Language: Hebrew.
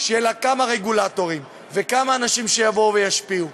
שיהיו לה כמה רגולטורים וכמה אנשים שיבואו וישפיעו.